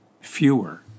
fewer